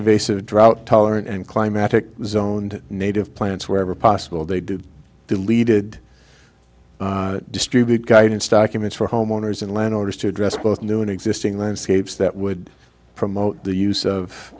invasive drought tolerant and climatic zoned native plants wherever possible they do deleted distribute guidance documents for homeowners and landowners to address both new and existing landscapes that would promote the use of